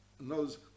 knows